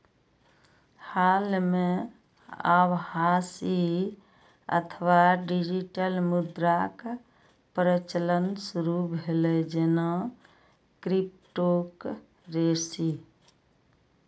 हाल मे आभासी अथवा डिजिटल मुद्राक प्रचलन शुरू भेलै, जेना क्रिप्टोकरेंसी